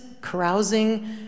carousing